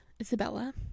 Isabella